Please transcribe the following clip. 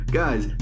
guys